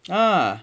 ah